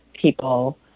people